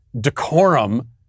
decorum